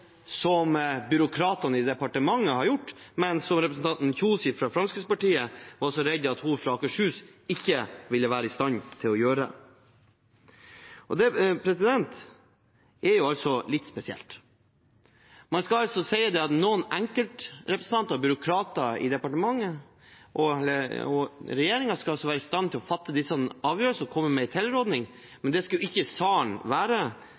som byråkratene i departementet har gjort, men som representanten Kjønaas Kjos fra Fremskrittspartiet var så redd for at hun som stortingsrepresentant fra Akershus ikke ville være i stand til å gjøre. Det er litt spesielt. Man skal altså si at noen enkeltrepresentanter, byråkrater i departementet og regjeringen skal være i stand til å fatte disse avgjørelsene og komme med en tilrådning, men det skulle ikke salen være